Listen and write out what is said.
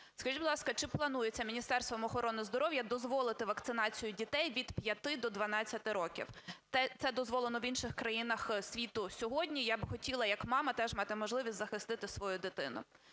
Скажіть, будь ласка, чи планується Міністерством охорони здоров'я дозволити вакцинацію дітей від 5 до 12 років? Це дозволено в інших країнах світу. Сьогодні я би хотіла як мама теж мати можливість захистити свою дитину.